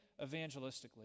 evangelistically